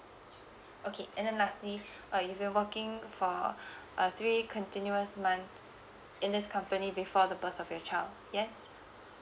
okay and then lastly uh if you're working for uh three continuous month in this company before the birth of your child yes